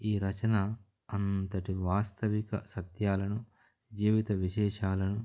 ఈ రచన అంతటి వాస్తవిక సత్యాలను జీవిత విశేషాలను